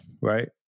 Right